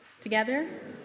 Together